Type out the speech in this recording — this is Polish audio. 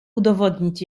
udowodnić